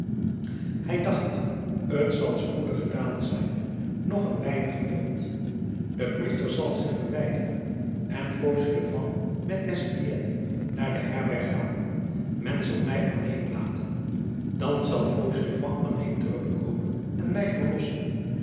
hij dacht t zal spoedig gedaan zijn nog een weinig geduld de priester zal zich verwijderen en fauchelevent met mestienne naar de herberg gaan men zal mij alleen laten dan zal fauchelevent alleen terugkomen en mij verlossen